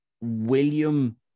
William